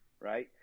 right